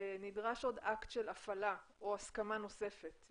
שנדרש עוד אקט של הפעלה או הסכמה נוספת,